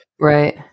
right